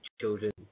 children